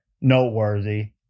noteworthy